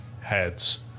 heads